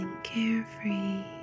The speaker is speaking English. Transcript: carefree